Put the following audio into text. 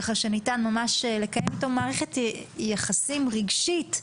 כך שניתן ממש לקיים איתו מערכת יחסים רגשית,